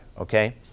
Okay